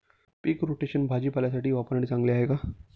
पीक rotation भाजीपाल्यासाठी वापरणे चांगले आहे का?